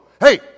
hey